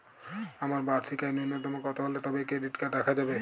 আমার বার্ষিক আয় ন্যুনতম কত হলে তবেই ক্রেডিট কার্ড রাখা যাবে?